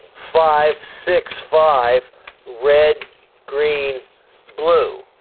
five six five red green blue